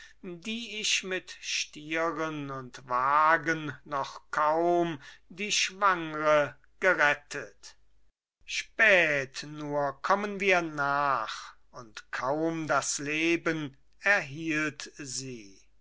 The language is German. die ich mit stieren und wagen noch kaum die schwangre gerettet spät nur kommen wir nach und kaum das leben erhielt sie